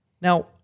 Now